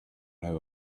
how